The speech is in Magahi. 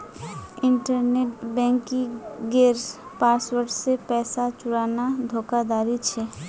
इन्टरनेट बन्किंगेर पासवर्ड से पैसा चुराना धोकाधाड़ी छे